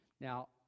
Now